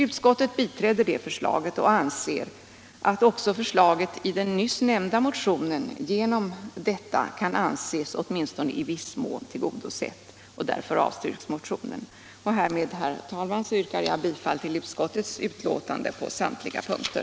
Utskottet biträder det förslaget och anser att också förslaget i den nyss nämnda motionen därigenom kan anses i viss mån tillgodesett. Motionen avstyrkes därför. Herr talman! Härmed yrkar jag bifall till utskottets hemställan på samtliga punkter.